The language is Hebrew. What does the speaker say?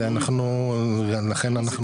לכן אנחנו